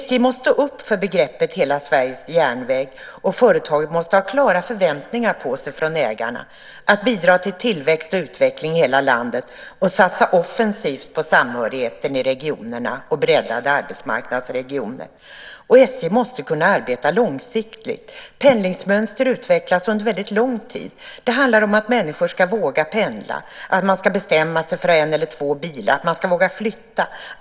SJ måste stå upp för begreppet Hela Sveriges järnväg, och företaget måste ha klara förväntningar på sig från ägarna att bidra till tillväxt och utveckling i hela landet och satsa offensivt på samhörigheten i regionerna och breddade arbetsmarknadsregioner. SJ måste kunna arbeta långsiktigt. Pendlingsmönster utvecklas under väldigt lång tid. Det handlar om att människor ska våga pendla, att man ska bestämma sig för en eller två bilar, att man ska våga flytta.